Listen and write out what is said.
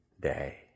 day